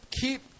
keep